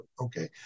Okay